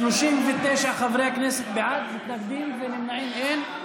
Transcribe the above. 39 חברי כנסת בעד, מתנגדים ונמנעים, אין.